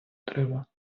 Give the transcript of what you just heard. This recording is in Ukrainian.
треба